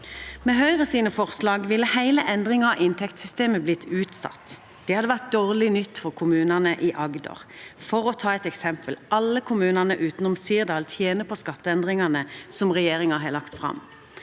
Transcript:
Med Høyres forslag ville hele endringen av inntektssystemet blitt utsatt. Det hadde vært dårlig nytt for kommunene i Agder. La meg ta et eksempel: Alle kommuner utenom Sirdal tjener på forslagene til skatteendringer regjeringen har lagt fram.